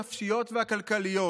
הנפשיות והכלכליות,